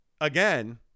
again